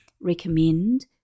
recommend